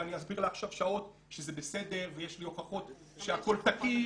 ואני אסביר לה עכשיו שעות שזה בסדר ויש לי הוכחות שהכול תקין.